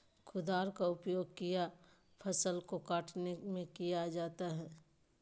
कुदाल का उपयोग किया फसल को कटने में किया जाता हैं?